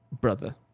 brother